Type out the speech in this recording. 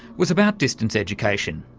was about distance education,